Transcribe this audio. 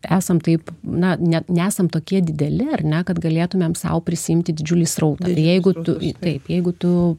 esam taip na ne nesam tokie dideli ar ne kad galėtumėm sau prisiimti didžiulį srautą jeigu tu taip jeigu tu